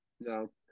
No